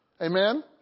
Amen